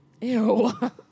Ew